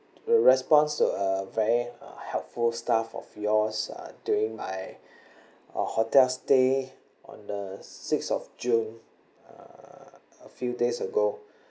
the response to a very helpful staff of yours uh during my uh hotel stay on the sixth of june uh a few days ago